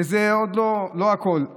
וזה עוד לא הכול.